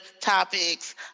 topics